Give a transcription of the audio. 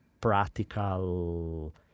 practical